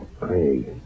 Craig